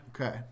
Okay